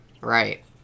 Right